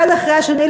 אחד אחרי השני,